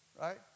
Right